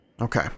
Okay